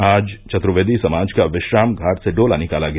आज चतुर्वेदी समाज का विश्राम घाट से डोला निकाला गया